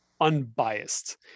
unbiased